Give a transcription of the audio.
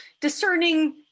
Discerning